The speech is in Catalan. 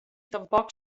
tampoc